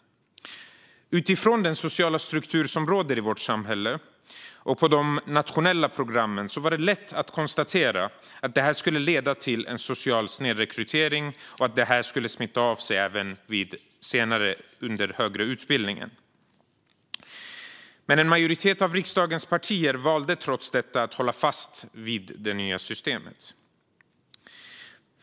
Utifrån den sociala struktur som råder i vårt samhälle och på de nationella programmen kunde man lätt konstatera att det här skulle leda till en social snedrekrytering, och att det skulle smitta av sig även senare vid högre utbildning. Men en majoritet av riksdagens partier valde trots detta att hålla fast vid det nya systemet.